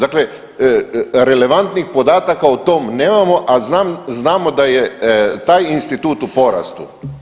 Dakle, relevantnih podataka o tome nemamo, a znamo da je taj institut u porastu.